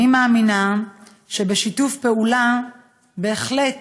אני מאמינה שבשיתוף פעולה בהחלט